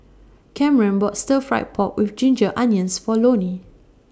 Cameron bought Stir Fry Pork with Ginger Onions For Loni